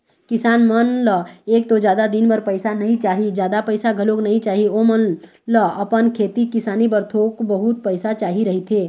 किसान मन ल एक तो जादा दिन बर पइसा नइ चाही, जादा पइसा घलोक नइ चाही, ओमन ल अपन खेती किसानी बर थोक बहुत पइसा चाही रहिथे